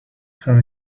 from